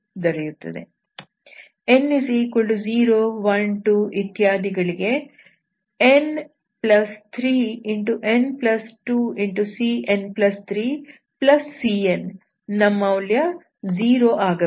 n012 ಇತ್ಯಾದಿಗಳಿಗೆ n3n2cn3cn ನ ಮೌಲ್ಯ 0 ಆಗಬೇಕು